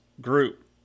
group